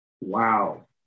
Wow